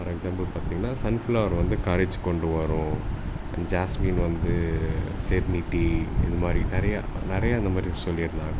for example பாத்திங்கனா sunflower வந்து courage கொண்டு வரும் ஜாஸ்மின் வந்து சேபிலிட்டி இது மாதிரி நிறையா நிறையா இந்த மாதிரி சொல்லியிருந்தாங்க